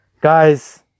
Guys